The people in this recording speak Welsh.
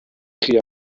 chi